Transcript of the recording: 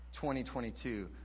2022